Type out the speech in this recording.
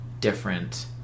different